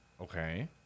Okay